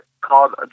called